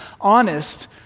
honest